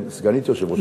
סגנית יושב-ראש הכנסת.